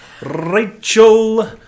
Rachel